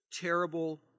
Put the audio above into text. terrible